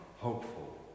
hopeful